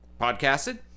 podcasted